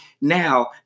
Now